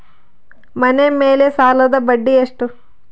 ಮನೆ ಮೇಲೆ ಸಾಲದ ಬಡ್ಡಿ ಎಷ್ಟು?